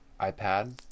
iPad